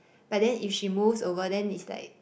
but then if she moves over then it's like